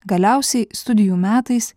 galiausiai studijų metais